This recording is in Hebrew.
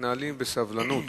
מתנהלים בסבלנות